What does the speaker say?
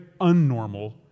unnormal